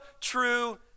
true